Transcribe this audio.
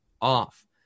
off